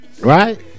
Right